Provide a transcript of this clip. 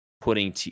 putting